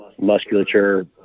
musculature